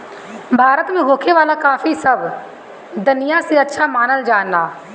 भारत में होखे वाला काफी सब दनिया से अच्छा मानल जाला